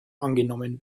angenommen